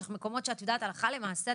יש מקומות שאת יודעת הלכה למעשה,